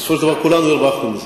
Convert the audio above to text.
בסופו של דבר, כולנו הרווחנו מזה.